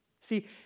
See